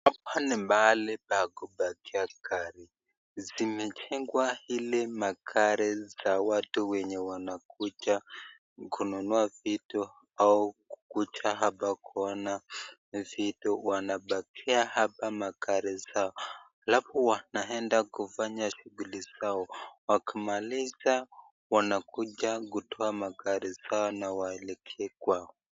Hapa ni mahali pa kupakia gari, zimejengwa ili magari za watu wenye wanakuja kununua vitu au kukuja hapa kuona vitu wanapakia hapa magari zao alafu wanaenda kufanya shughuli zao wakimaliza wanakuja kutoa mgari yao na waelekee kwao.